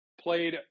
Played